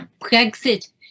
Brexit